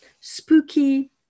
spooky